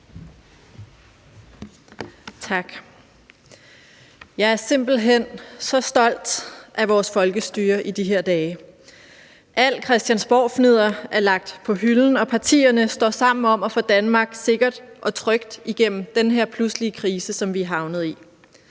Tak. Jeg er simpelt hen så stolt af vores folkestyre i de her dage. Al Christiansborgfnidder er lagt på hylden, og partierne står sammen om at få Danmark sikkert og trygt igennem den her pludselige krise, som vi er havnet i.